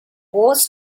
was